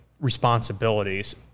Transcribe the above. responsibilities